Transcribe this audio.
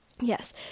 yes